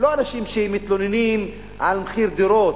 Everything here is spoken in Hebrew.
לא אנשים שמתלוננים על מחירי דירות,